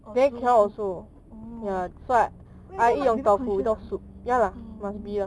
or 猪猪骨 orh eh then you must very conscience ah orh